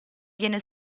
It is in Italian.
viene